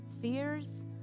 fears